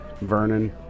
Vernon